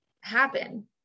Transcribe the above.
happen